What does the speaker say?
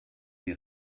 die